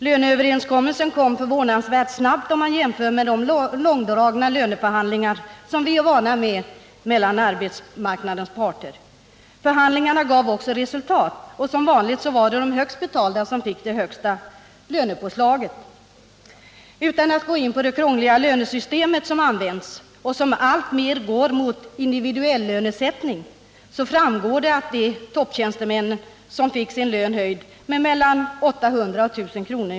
Löneöverenskommelsen kom förvånansvärt snabbt om man jämför med de långdragna löneförhandlingar som vi är vana vid mellan arbetsmarknadens parter. Förhandlingarna gav också resultat, och som vanligt var det de högst betalda som fick det största lönepåslaget. 5 Utan att gå in på det krångliga lönesystem som använts och som alltmer går mot en individuell lönesättning, så framgår att topptjänstemännen fick sin lön höjd med mellan 800 och 1 000 kr.